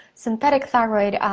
synthetic thyroid,